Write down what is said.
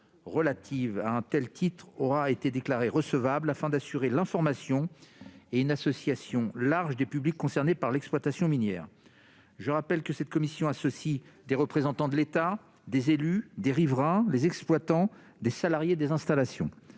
relative à un tel titre a été déclarée recevable, afin de garantir l'information et une association large des publics concernés par l'exploitation minière. Ces commissions associent des représentants de l'État, des élus et des riverains, ainsi que les exploitants et les salariés des installations.